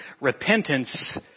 repentance